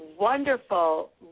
Wonderful